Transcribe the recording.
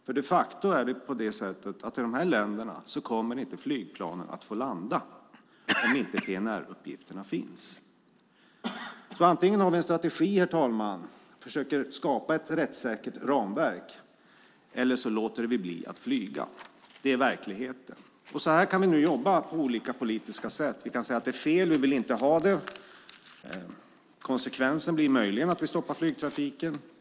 Det är nämligen de facto på det sättet att flygplanen inte kommer att få landa i dessa länder om inte PNR-uppgifterna finns. Antingen har vi alltså en strategi, herr talman, och försöker skapa ett rättssäkert ramverk, eller så låter vi bli att flyga. Det är verkligheten. Så kan vi jobba, på olika politiska sätt. Vi kan säga att det är fel och att vi inte vill ha det, och konsekvensen blir möjligen att vi stoppar flygtrafiken.